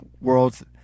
worlds